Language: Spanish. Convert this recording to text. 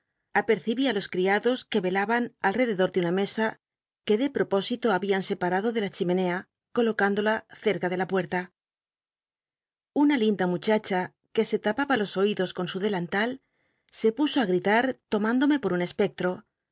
apercibí á los criados que ciaban alrededor de una mesa que de pro biblioteca nacional de españa david copperfield pósito habían separado de la chimenea coloc indola cerca de la puerta una linda muchacha que se lapaba los oidos con su delantal se puso i gritar tormindome por y un espectro